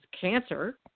cancer